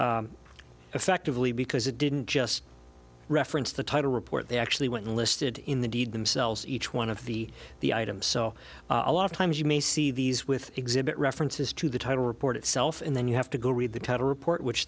effectively because it didn't just reference the title report they actually went listed in the deed themselves each one of the the item so a lot of times you may see these with exhibit references to the title report itself and then you have to go read the title report which